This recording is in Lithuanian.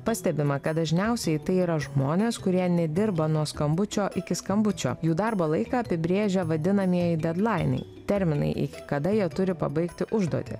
pastebima kad dažniausiai tai yra žmonės kurie nedirba nuo skambučio iki skambučio jų darbo laiką apibrėžia vadinamieji dedlainai terminai iki kada jie turi pabaigti užduotį